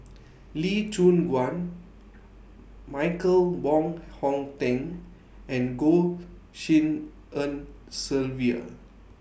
Lee Choon Guan Michael Wong Hong Teng and Goh Tshin En Sylvia